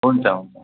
हुन्छ हुन्छ